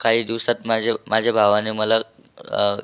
काही दिवसात माझ्या माझ्या भावाने मला